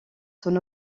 son